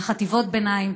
בחטיבות הביניים,